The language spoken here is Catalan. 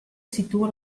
situa